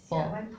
or